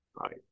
right